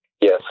Yes